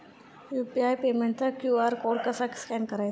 UPI पेमेंटचा QR code कसा scan करायचा?